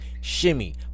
shimmy